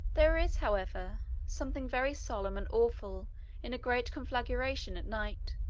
there is, however, something very solemn and awful in a great conflagration at night,